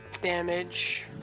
Damage